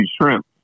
shrimp